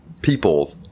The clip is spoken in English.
people